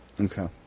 Okay